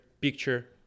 picture